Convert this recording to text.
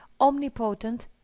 omnipotent